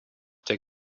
der